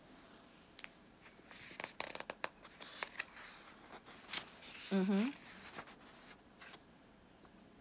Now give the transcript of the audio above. mmhmm